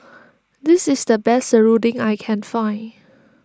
this is the best Serunding that I can find